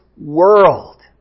world